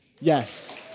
Yes